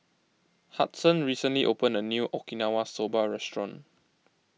Hudson recently opened a New Okinawa Soba Restaurant